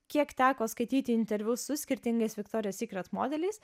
kiek teko skaityti interviu su skirtingais viktorija sykret modeliais